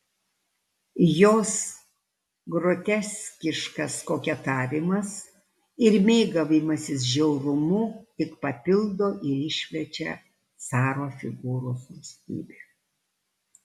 jos groteskiškas koketavimas ir mėgavimasis žiaurumu tik papildo ir išplečia caro figūros rūstybę